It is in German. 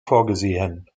vorgesehen